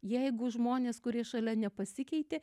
jeigu žmonės kurie šalia nepasikeitė